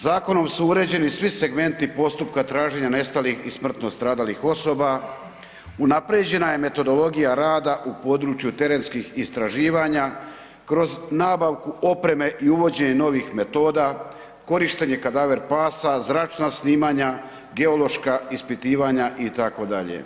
Zakonom su uređeni svi segmenti postupka traženja nestalih i smrtno stradalih osoba, unaprijeđena je metodologija rada u području terenskih istraživanja kroz nabavku opreme i uvođenje novih metoda, korištenje kadaver pasa, zračna snimanja, geološka ispitivanja itd.